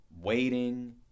waiting